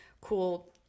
cool